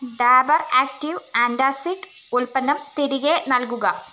Dabur active antacid ഉൽപ്പന്നം തിരികെ നൽകുക